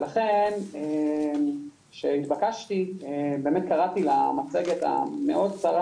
ולכן כשהתבקשתי באמת קראתי למצגת המאוד קצרה